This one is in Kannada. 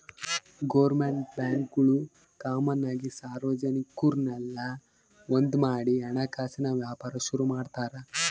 ಗೋರ್ಮೆಂಟ್ ಬ್ಯಾಂಕ್ಗುಳು ಕಾಮನ್ ಆಗಿ ಸಾರ್ವಜನಿಕುರ್ನೆಲ್ಲ ಒಂದ್ಮಾಡಿ ಹಣಕಾಸಿನ್ ವ್ಯಾಪಾರ ಶುರು ಮಾಡ್ತಾರ